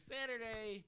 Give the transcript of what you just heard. Saturday